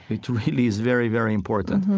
it really is very, very important.